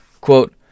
Quote